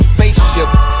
Spaceships